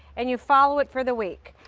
and you follow it for the week.